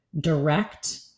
direct